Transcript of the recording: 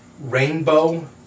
Rainbow